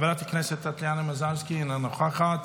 חברת הכנסת טטיאנה מזרסקי, אינה נוכחת,